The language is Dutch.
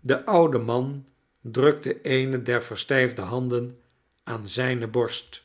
de oude man drukte eene der verstijfde handen aan zijne borst